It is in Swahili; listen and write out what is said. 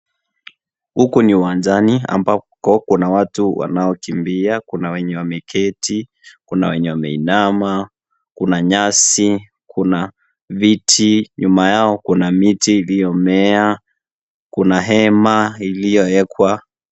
Huku ni uwanjani ambako kuna watu wanaokimbia kuna wenye wameketi ,kuna wenye wameinama ,kuna nyasi, kuna viti, nyuma yao kuna miti iliyomea kuna hema iliyowekwa.